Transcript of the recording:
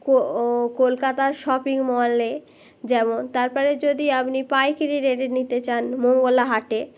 কলকাতার শপিং মলে যেমন তারপরে যদি আপনি পাইকারি রেটে নিতে চান মঙ্গলাহাটে